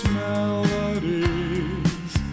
melodies